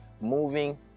moving